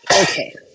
Okay